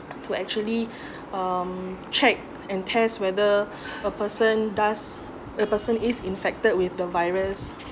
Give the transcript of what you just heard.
to actually um check and test whether a person does the person is infected with the virus